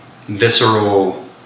visceral